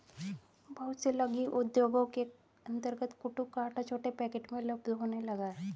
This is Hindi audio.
बहुत से लघु उद्योगों के अंतर्गत कूटू का आटा छोटे पैकेट में उपलब्ध होने लगा है